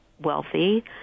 wealthy